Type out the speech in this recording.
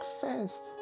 first